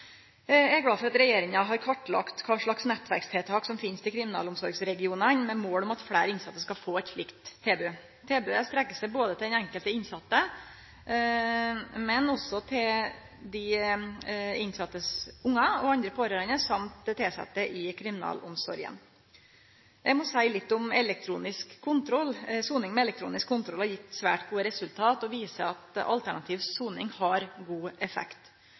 Eg er glad for at regjeringa har kartlagt kva slags nettverkstiltak som finst i kriminalomsorgsregionane, med mål om at fleire innsette skal få eit slikt tilbod. Tilbodet strekkjer seg ikkje berre til den enkelte innsette, men også til ungane til dei innsette og andre pårørande og dei tilsette i kriminalomsorga. Eg må seie litt om elektronisk kontroll. Soning med elektronisk kontroll har gitt svært gode resultat og viser at alternativ soning har god effekt.